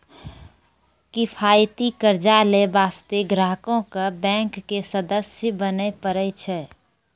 किफायती कर्जा लै बास्ते ग्राहको क बैंक के सदस्य बने परै छै